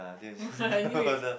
I knew it